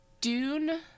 Dune